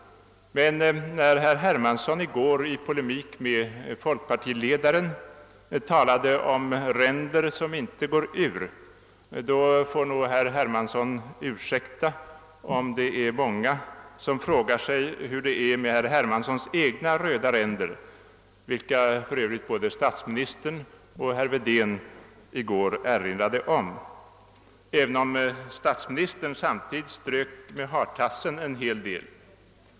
Men när herr Hermansson i går i polemik med folkpartiledaren talade om »ränder som inte går ur» får nog herr Hermansson ursäkta om det var många som frågade sig hur det är med herr Hermanssons egna röda ränder, vilka för övrigt både statsministern och herr Wedén i går erinrade om, även om statsministern samtidigt strök med hartassen en hel del.